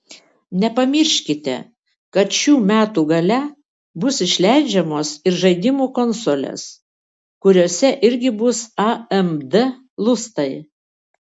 nepamirškite kad šių metų gale bus išleidžiamos ir žaidimų konsolės kuriose irgi bus amd lustai